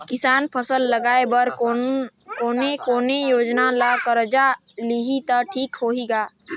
किसान फसल लगाय बर कोने कोने योजना ले कर्जा लिही त ठीक होही ग?